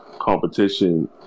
competition